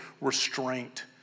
restraint